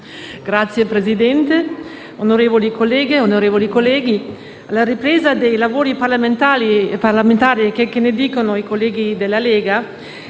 Signora Presidente, onorevoli colleghe e colleghi, alla ripresa dei lavori parlamentari, checché ne dicano i colleghi della Lega,